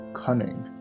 cunning